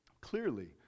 clearly